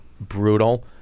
brutal